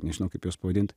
nežinau kaip juos pavadint